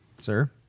Sir